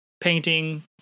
painting